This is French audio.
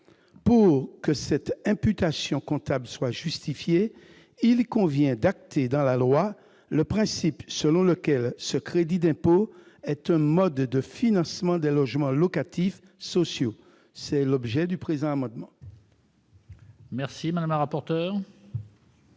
Pour que cette imputation comptable soit justifiée, il convient d'acter, dans la loi, le principe selon lequel ce crédit d'impôt est un mode de financement des logements locatifs sociaux. Quel est l'avis de